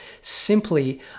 simply